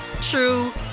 true